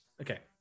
Okay